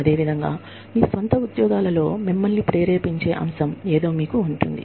అదేవిధంగా మీ స్వంత ఉద్యోగాలలో మిమ్మల్ని ప్రేరేపించే అంశం ఏదో మీకు ఉంటుంది